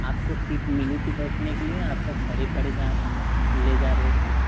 आपको सीट मिली थी बैठने के लिए या आपको खड़े खड़े जा ले जा रहे थे